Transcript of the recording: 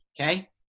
Okay